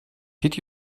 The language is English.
did